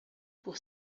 pour